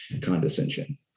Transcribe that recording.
condescension